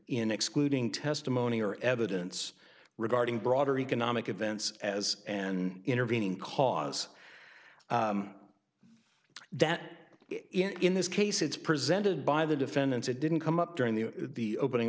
in excluding testimony or evidence regarding broader economic events as an intervening cause that in this case it's presented by the defendants it didn't come up during the the opening